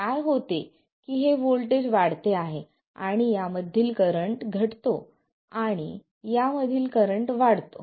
काय होते की हे व्होल्टेज वाढते आहे आणि यामधील करंट घटतो आणि आणि यामधील करंट वाढतो